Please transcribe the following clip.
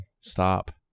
stop